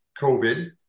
covid